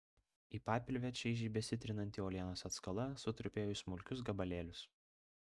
į papilvę čaižiai besitrinanti uolienos atskala sutrupėjo į smulkius gabalėlius